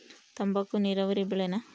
ತಂಬಾಕು ನೇರಾವರಿ ಬೆಳೆನಾ?